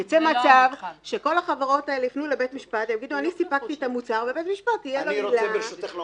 ייצא מצב שכל החברות האלה יפנו לבית המשפט ויגידו: אני סיפקתי את המוצר,